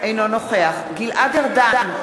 אינו נוכח גלעד ארדן,